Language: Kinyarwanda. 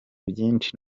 byinshi